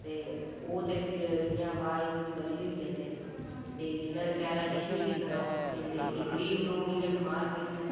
ते ओह् ते फिर इ'यां बा इज़्ज़त बरी होई जंदे न ते जिन्नै बचारै किश नी कीते दा ओह् फसी जंदे गरीब लोक इ'यां बी मार खाई जंदा